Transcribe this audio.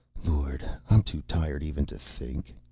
lord, i'm too tired even to think.